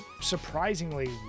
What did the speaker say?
surprisingly